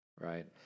right